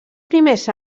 primers